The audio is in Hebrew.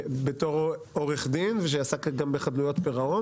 בתור עורך דין שעסק גם בחדלויות פירעון